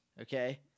okay